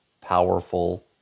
powerful